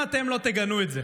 אם אתם לא תגנו את זה,